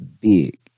big